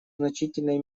значительной